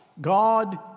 God